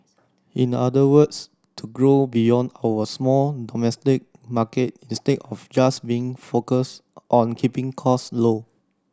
in other words to grow beyond our small domestic market instead of just being focused on keeping costs low